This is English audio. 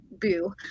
boo